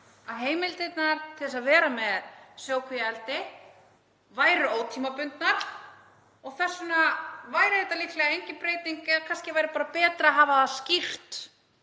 að heimildirnar til að vera með sjókvíaeldi væru ótímabundnar og þess vegna væri þetta líklega engin breyting eða kannski væri betra að hafa það skýrt